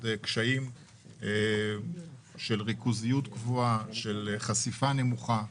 קשיים של ריכוזיות גבוהה וחשיפה נמוכה.